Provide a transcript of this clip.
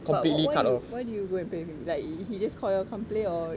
but wh~ wh~ why you why do you go and play with him like he just call you all come play or